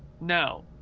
Now